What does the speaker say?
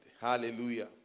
Hallelujah